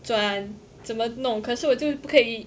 转怎么怎么弄可是我就不可以